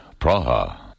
Praha